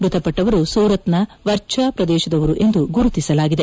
ಮ್ಬತಪಟ್ಟವರು ಸೂರತ್ನ ವರ್ಚ್ನಾ ಪ್ರದೇಶದವರು ಎಂದು ಗುರುತಿಸಲಾಗಿದೆ